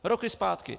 Roky zpátky.